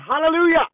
Hallelujah